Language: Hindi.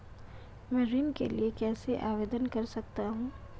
मैं ऋण के लिए कैसे आवेदन कर सकता हूं?